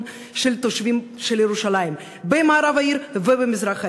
של תושבי ירושלים במערב העיר ובמזרח העיר.